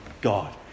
God